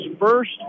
first